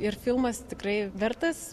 ir filmas tikrai vertas